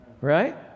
right